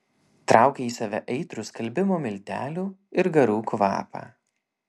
traukė į save aitrų skalbimo miltelių ir garų kvapą